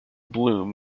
bloom